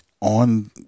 on